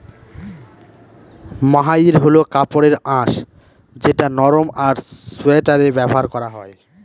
মহাইর হল কাপড়ের আঁশ যেটা নরম আর সোয়াটারে ব্যবহার করা হয়